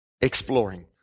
exploring